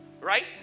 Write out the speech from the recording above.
Right